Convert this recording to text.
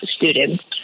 students